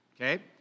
Okay